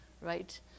right